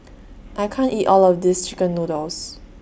I can't eat All of This Chicken Noodles